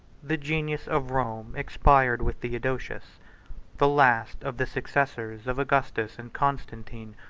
the genius of rome expired with theodosius the last of the successors of augustus and constantine,